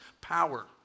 power